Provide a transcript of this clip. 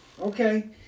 Okay